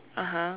(uh huh)